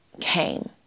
came